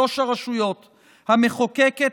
המחוקקת,